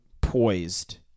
poised